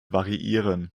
variieren